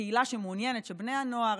שקהילה מעוניינת שבני הנוער,